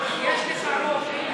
יש לך רוב.